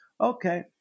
Okay